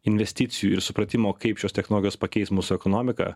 investicijų ir supratimo kaip šios technologijos pakeis mūsų ekonomiką